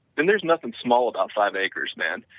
then there is nothing small about five acres man,